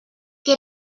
què